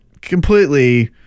completely